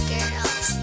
Girls